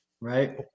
Right